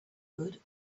good